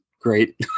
great